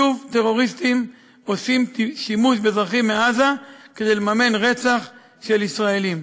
שוב טרוריסטים עושים שימוש באזרחים מעזה כדי לממן רצח של ישראלים.